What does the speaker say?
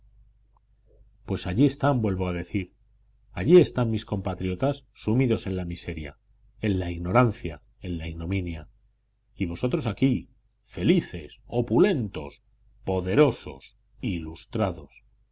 pues allí están vuelvo a decir allí están mis compatriotas sumidos en la miseria en la ignorancia en la ignominia y vosotros aquí felices opulentos poderosos ilustrados